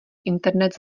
internet